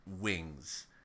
wings